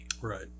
Right